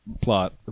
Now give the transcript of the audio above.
plot